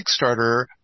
Kickstarter